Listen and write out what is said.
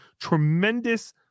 tremendous